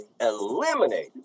eliminate